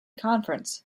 conference